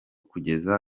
kugeza